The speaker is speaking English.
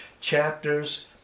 chapters